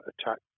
attack